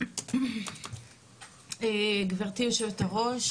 גברתי יושבת-הראש,